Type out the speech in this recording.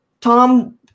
Tom